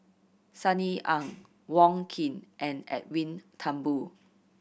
Sunny Ang Wong Keen and Edwin Thumboo